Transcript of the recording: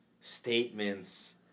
statements